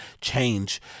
change